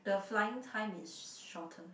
the flying time is shorter